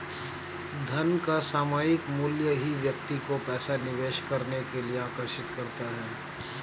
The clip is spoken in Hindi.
धन का सामायिक मूल्य ही व्यक्ति को पैसा निवेश करने के लिए आर्कषित करता है